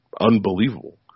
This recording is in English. unbelievable